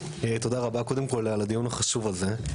תודה רבה, קודם כול, על הדיון החשוב הזה.